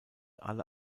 alle